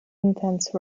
intense